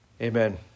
Amen